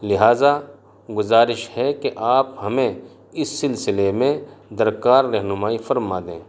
لہٰذا گزارش ہے کہ آپ ہمیں اس سلسلے میں درکار رہنمائی فرما دیں